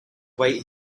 wait